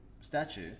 statue